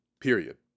period